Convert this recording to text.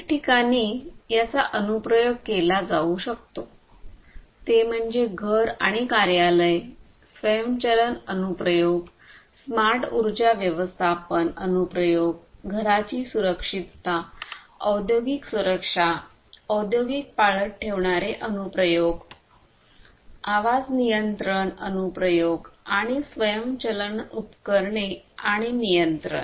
अनेक ठिकाणी याचा अनुप्रयोग केला जाऊ शकतो ते म्हणजे घर आणि कार्यालय स्वयंचलन अनुप्रयोग स्मार्ट ऊर्जा व्यवस्थापन अनुप्रयोग घराची सुरक्षितता औद्योगिक सुरक्षा औद्योगिक पाळत ठेवणारे अनुप्रयोग आवाज नियंत्रण अनुप्रयोग आणि स्वयंचलन उपकरणे आणि नियंत्रण